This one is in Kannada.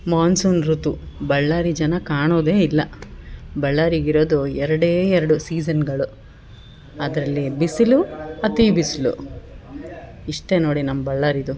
ಮಾನ್ಸೂನ್ ಋತು ಬಳ್ಳಾರಿ ಜನ ಕಾಣೋದೇ ಇಲ್ಲ ಬಳ್ಳಾರಿಗೆ ಇರೋದು ಎರಡೇ ಎರಡು ಸೀಜನ್ಗಳು ಅದರಲ್ಲಿ ಬಿಸಿಲು ಮತ್ತು ಈ ಬಿಸಿಲು ಇಷ್ಟೇ ನೋಡಿ ನಮ್ಮ ಬಳ್ಳಾರಿದು